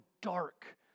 dark